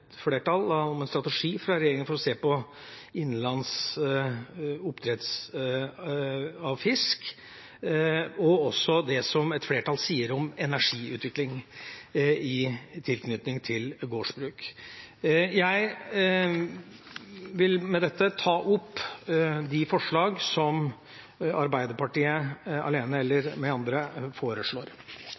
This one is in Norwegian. en strategi fra regjeringa for å se på innlandsoppdrett av fisk, og også for det et flertall sier om energiutvikling i tilknytning til gårdsbruk. Jeg vil med dette ta opp de forslagene som Arbeiderpartiet har fremmet sammen med andre.